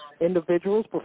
individuals